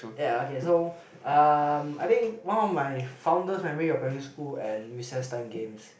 ya okay so um I think one of my fondest memory of primary school and recess time games